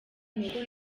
nuko